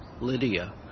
Lydia